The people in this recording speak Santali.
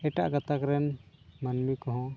ᱮᱴᱟᱜ ᱜᱟᱛᱟᱠ ᱨᱮᱱ ᱢᱟᱹᱱᱢᱤ ᱠᱚᱦᱚᱸ